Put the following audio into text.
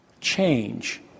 change